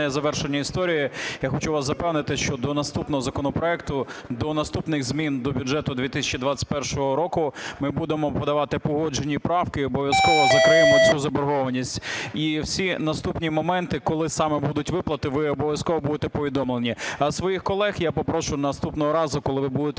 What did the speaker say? завершення історії. Я хочу вас запевнити, що до наступного законопроекту, до наступних змін до бюджету 2021 року ми будемо подавати погоджені правки і обов'язково закриємо цю заборгованість. І всі наступні моменти, коли саме будуть виплати, ви обов'язково будете повідомлені. А своїх колег я попрошу наступного разу, коли ви будете